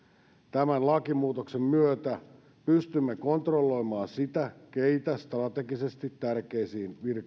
tämän lakimuutoksen myötä pystymme kontrolloimaan sitä keitä strategisesti tärkeisiin